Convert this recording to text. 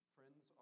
Friends